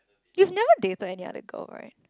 you've never dated any other girl right